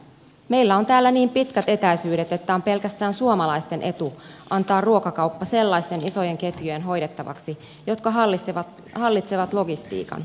meillä on täällä niin pitkät etäisyydet että on pelkästään suomalaisten etu antaa ruokakauppa sellaisten isojen ketjujen hoidettavaksi jotka hallitsevat logistiikan sanovat monet